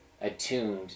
attuned